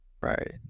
Right